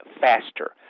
faster